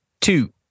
two